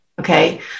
okay